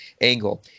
angle